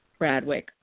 Bradwick